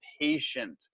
patient